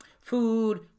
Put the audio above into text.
food